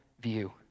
view